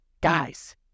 Guys